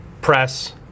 press